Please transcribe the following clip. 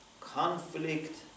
conflict